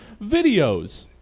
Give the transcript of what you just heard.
Videos